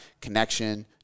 connection